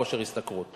כושר השתכרות.